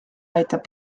aitab